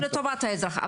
בדיוק, לטובת האזרח.